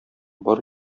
бар